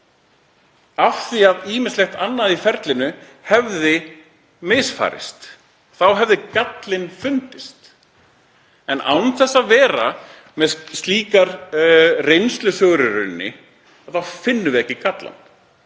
Af því að ýmislegt annað í ferlinu hefði misfarist þá hefði gallinn fundist. Án þess að vera með slíkar reynslusögur í rauninni þá finnum við ekki gallann.